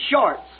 shorts